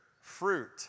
fruit